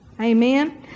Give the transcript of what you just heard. Amen